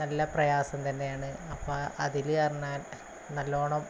നല്ല പ്രയാസം തന്നെയാണ് അപ്പോള് അതിലെന്നു പറഞ്ഞാൽ നല്ലവണ്ണം